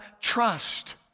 trust